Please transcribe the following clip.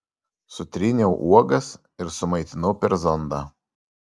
sutryniau uogas ir sumaitinau per zondą